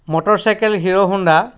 motor cycle Hero Honda